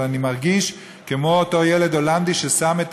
אבל אני מרגיש כמו אותו ילד הולנדי ששם את